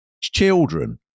children